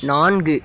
நான்கு